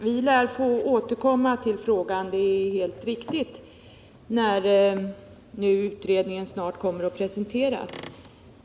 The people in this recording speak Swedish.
Herr talman! Vi lär få återkomma till frågan — det är helt riktigt — när utredningen presenterats.